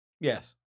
Yes